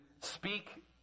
speak